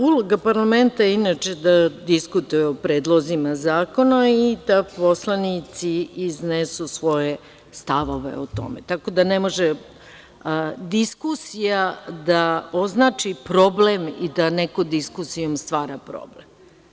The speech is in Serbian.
Uloga parlamenta je inače da diskutuje o predlozima zakona i da poslanici iznesu svoje stavove o tome, tako da ne može diskusija da označi problem i da neko diskusijom stvara problem.